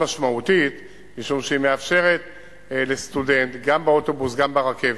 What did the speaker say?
משום שהיא מאפשרת לסטודנט גם באוטובוס, גם ברכבת.